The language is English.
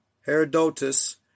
Herodotus